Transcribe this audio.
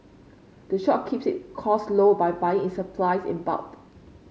the shop keeps it costs low by buying its supplies in bulk